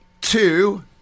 two